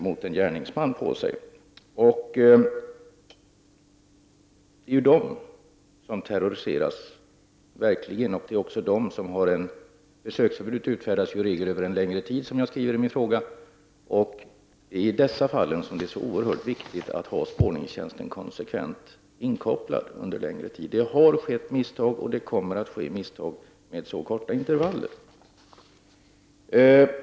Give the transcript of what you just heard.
Det är ju dessa kvinnor som verkligen terroriseras. Besöksförbud utfärdas i regel över en längre tid, som jag skriver i min fråga, och i dessa fall är det så oerhört viktigt att ha spårningstjänsten konsekvent inkopplad under längre tid. Det har skett misstag, och det kommer att ske misstag så länge man har så korta intervaller som det nu är fråga om.